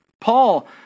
Paul